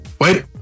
Wait